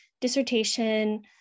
dissertation